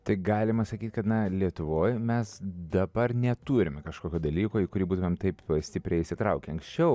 tai galima sakyt kad na lietuvoj mes dabar neturime kažkokio dalyko į kurį būtumėm taip stipriai įsitraukę anksčiau